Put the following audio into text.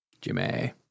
jimmy